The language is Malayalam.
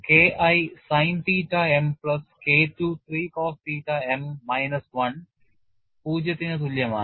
K I sin theta m plus K II 3 cos theta m minus 1 പൂജ്യത്തിനു തുല്യമാണ്